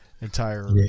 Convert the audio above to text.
entire